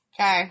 Okay